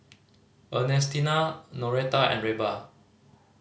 Ernestina Noreta and Reba